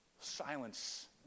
silence